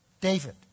David